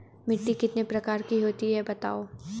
मिट्टी कितने प्रकार की होती हैं बताओ?